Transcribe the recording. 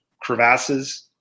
crevasses